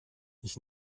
ich